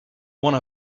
one